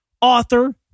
author